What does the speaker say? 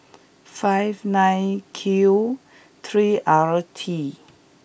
five nine Q three R T